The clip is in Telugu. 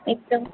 ఎక్కడ